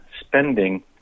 spending